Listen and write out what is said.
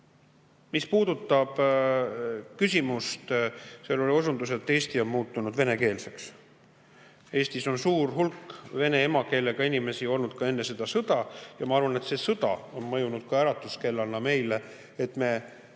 mis puudutab küsimust, seal oli osundus, et Eesti on muutunud venekeelseks. Eestis oli suur hulk vene emakeelega inimesi ka enne seda sõda. Ja ma arvan, et see sõda on mõjunud ka äratuskellana meile ja